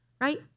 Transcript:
right